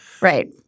Right